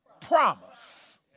promise